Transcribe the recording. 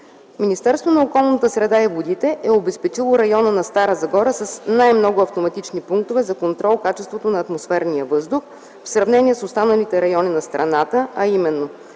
Министерството на околната среда и водите е обезпечило района на Стара Загора с най-много автоматични пунктове за контрол на качеството на атмосферния въздух в сравнение с останалите райони на страната, а именно: